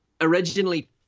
originally